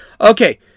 Okay